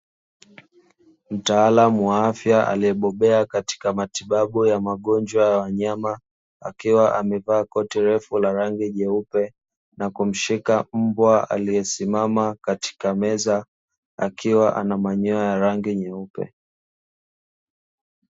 Mtaalamu wa afya aliyebobea katika matibabu ya magonjwa ya wanyama, akiwa amevaa koti refu la rangi jeupe, na kumshika mbwa aliyesimama katika meza akiwa ana manyoya ya rangi nyeupe.